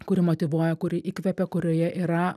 kuri motyvuoja kuri įkvepia kurioje yra